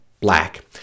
black